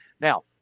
Now